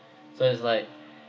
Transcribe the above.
so it's like